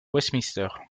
westminster